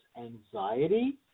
anxiety